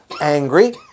angry